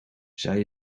zij